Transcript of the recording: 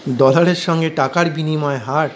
ডলারের সঙ্গে টাকার বিনিময় হার